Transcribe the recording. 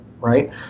right